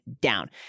down